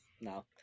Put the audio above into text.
No